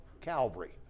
Calvary